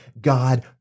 God